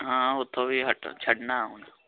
ਹਾਂ ਉਥੋਂ ਵੀ ਹਾਂ ਉਥੋਂ ਵੀ ਛੱਡਣਾ